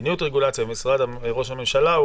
-- מדיניות רגולציה במשרד ראש הממשלה,